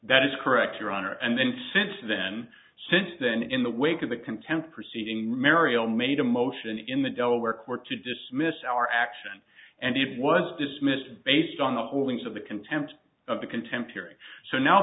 that is correct your honor and then since then since then in the wake of the contempt proceeding marial made a motion in the delaware court to dismiss our action and it was dismissed based on the holdings of the contempt of the contempt hearing so now